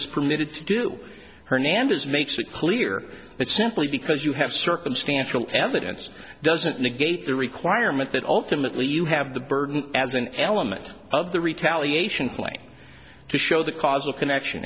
was permitted to do hernandez makes it clear that simply because you have circumstantial evidence doesn't negate the requirement that ultimately you have the burden as an element of the retaliation claim to show the causal connection